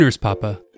Papa